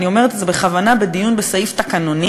אני אומרת את זה בכוונה בדיון על סעיף תקנוני,